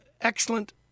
excellent